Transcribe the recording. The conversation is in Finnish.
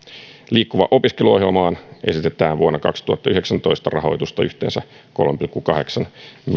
liikkuva opiskelu ohjelmaan esitetään vuodelle kaksituhattayhdeksäntoista rahoitusta yhteensä kolme pilkku kahdeksan miljoonaa euroa